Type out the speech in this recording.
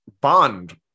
bond